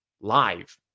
live